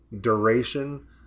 duration